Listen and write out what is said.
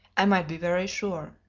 i might be very sure.